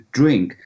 drink